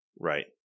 Right